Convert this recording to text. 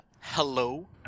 hello